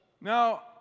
Now